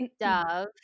dove